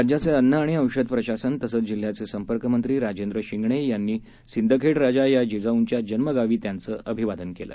राज्याचे अन्न आणि औषध प्रशासन तसंच जिल्ह्याचे संपर्कमंत्री राजेंद्र शिंगणे यांनी सिंदखेडराजा या जिजाऊंच्या जन्मगावी त्यांचं अभिवादन केलं